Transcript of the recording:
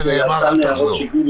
אל תחזור על מה שנאמר.